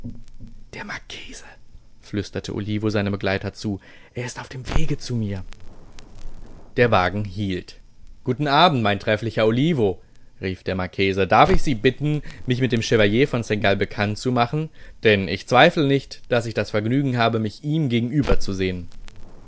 der marchese flüsterte olivo seinem begleiter zu er ist auf dem wege zu mir der wagen hielt guten abend mein trefflicher olivo rief der marchese darf ich sie bitten mich mit dem chevalier von seingalt bekanntzumachen denn ich zweifle nicht daß ich das vergnügen habe mich ihm gegenüber zu sehen